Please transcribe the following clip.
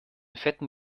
fetten